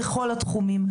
בכל התחומים,